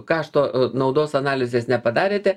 kašto naudos analizės nepadarėte